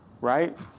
right